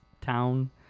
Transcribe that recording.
town